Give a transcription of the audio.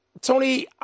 Tony